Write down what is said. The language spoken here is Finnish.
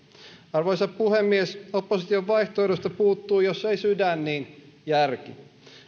arvoisa puhemies opposition vaihtoehdosta puuttuu jos ei sydän niin järki